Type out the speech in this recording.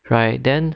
right then